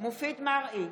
מופיד מרעי,